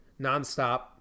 nonstop